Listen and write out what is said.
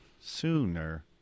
Sooner